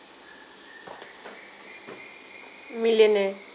millionaire